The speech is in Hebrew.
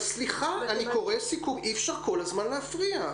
סליחה, אני קורא סיכום, אי אפשר כל הזמן להפריע.